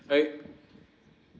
I